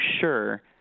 sure